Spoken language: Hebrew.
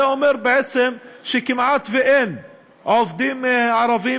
זה אומר בעצם שכמעט אין עובדים ערבים